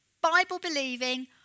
Bible-believing